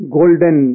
golden